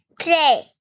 Play